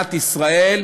מדינת ישראל,